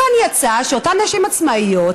מכאן יצא שאותן נשים עצמאיות,